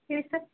ಹೇಳಿ ಸರ್